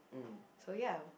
so ya